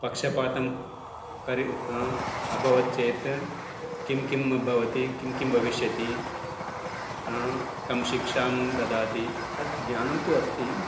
पक्षपातं करि आ अभवत् चेत् किं किं भवति किं किं भविष्यति कां शिक्षां ददाति तत् ज्ञानं तु अस्ति